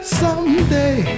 someday